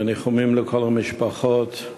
וניחומים לכל המשפחות,